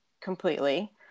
completely